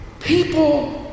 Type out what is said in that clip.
People